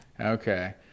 Okay